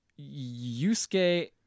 Yusuke